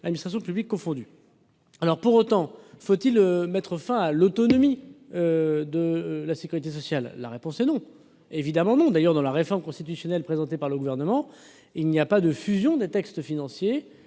administrations publiques confondues. Faut-il pour autant mettre fin à l'autonomie de la sécurité sociale ? La réponse est non, évidemment. D'ailleurs, la réforme constitutionnelle présentée par le Gouvernement ne prévoit pas la fusion des textes financiers.